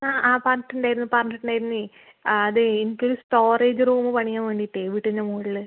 ആ ആ പറഞ്ഞിട്ടുണ്ടായിരുന്നു പറഞ്ഞിട്ടുണ്ടായിരുന്നേ ആ അത് എനിക്ക് ഒരു സ്റ്റോറേജ് റൂം പണിയാൻ വേണ്ടിയിട്ട് വീട്ടിൻ്റെ മുകളിൽ